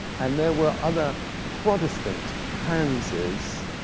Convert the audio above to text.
and there were other protestant hanses.